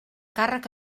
càrrec